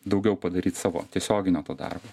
daugiau padaryti savo tiesioginio darbo